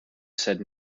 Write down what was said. said